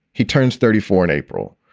he turns thirty four in april.